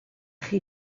chi